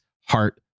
heart